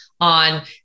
on